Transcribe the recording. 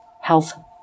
health